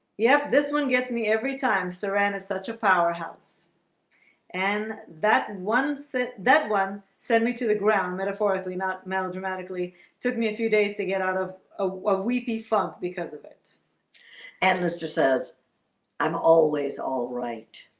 yep, this one gets me every time saran is such a powerhouse and that one sent that one sent me to the ground metaphorically not melodramatically took me a few days to get out of ah what we p-funk because of it and mr. says i'm always alright